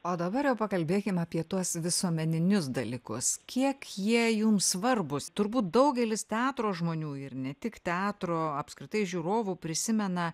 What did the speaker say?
o dabar jau pakalbėkim apie tuos visuomeninius dalykus kiek jie jums svarbūs turbūt daugelis teatro žmonių ir ne tik teatro apskritai žiūrovų prisimena